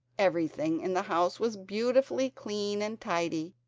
everything in the house was beautifully clean and tidy,